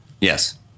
Yes